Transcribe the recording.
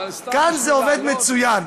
כאן זה עובד מצוין.